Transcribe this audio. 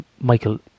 Michael